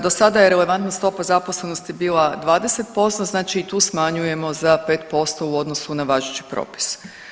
Do sada je relevantna stopa zaposlenosti bila 20% znači i tu smanjujemo za 5% u odnosu na važeći propis.